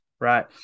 right